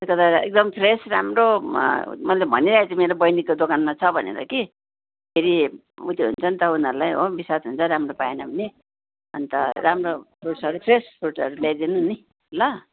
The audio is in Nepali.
तर एकदम फ्रेस राम्रो मैले भनिराखेको छु मेरो बहिनीको दोकानमा छ भनेर कि फेरि उत्यो हुन्छ नि त उनीहरूलाई हो बिस्वाद हुन्छ राम्रो पाएन भने अन्त राम्रो फ्रुट्सहरू फ्रेस फ्रुट्सहरू ल्याइदिनु नि ल